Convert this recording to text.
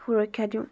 সুৰক্ষা দিওঁ